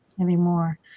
anymore